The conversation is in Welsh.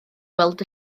weld